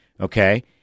okay